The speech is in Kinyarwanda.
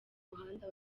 muhanda